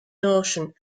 notion